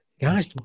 Guys